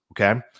okay